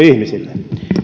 ihmisille